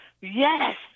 Yes